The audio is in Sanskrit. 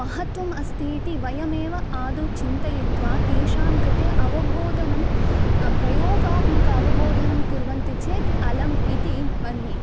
महत्त्वम् अस्ति इति वयमेव आदौ चिन्तयित्वा तेषां कृते अवबोधनं प्रयोगात्मकम् अवबोधनं कुर्वन्ति चेत् अलम् इति मन्ये